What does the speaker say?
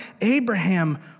Abraham